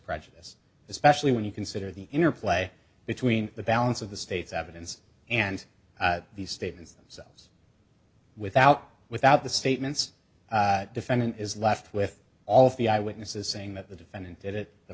prejudice especially when you consider the interplay between the balance of the state's evidence and the statements themselves without without the statements defendant is left with all the eyewitnesses saying that the defendant did it the